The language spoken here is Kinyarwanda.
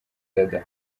dada